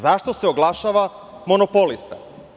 Zašto se oglašava monopolista?